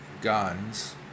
guns